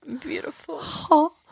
Beautiful